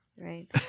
Right